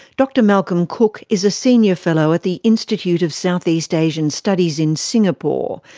dr malcolm cook is a senior fellow at the institute of southeast asian studies in singapore.